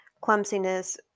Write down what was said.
clumsiness